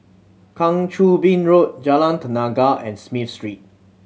Kang Choo Bin Road Jalan Tenaga and Smith Street